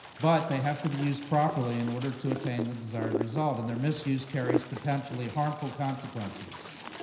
but they have to be used properly in order to attain the desired result, and their misuse carries potentially harmful consequences.